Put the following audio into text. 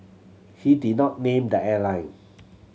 he did not name the airline